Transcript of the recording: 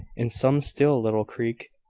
in some still little creek,